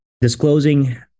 disclosing